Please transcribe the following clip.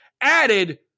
added